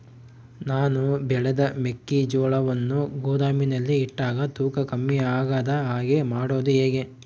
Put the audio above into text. ನಾನು ಬೆಳೆದ ಮೆಕ್ಕಿಜೋಳವನ್ನು ಗೋದಾಮಿನಲ್ಲಿ ಇಟ್ಟಾಗ ತೂಕ ಕಮ್ಮಿ ಆಗದ ಹಾಗೆ ಮಾಡೋದು ಹೇಗೆ?